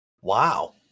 Wow